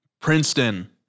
Princeton